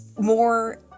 more